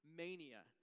mania